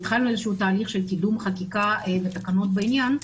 התחלנו איזשהו תהליך של קידום חקיקה ותקנות בעניין,